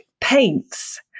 Paints